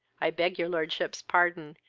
i beg your lordship's pardon,